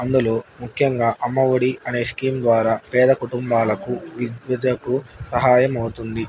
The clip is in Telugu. అందులో ముఖ్యంగా అమ్మఒడి అనే స్కీమ్ ద్వారా పేద కుటుంబాలకు వివిధకు సహాయంమవుతుంది